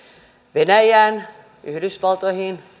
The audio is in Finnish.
venäjään yhdysvaltoihin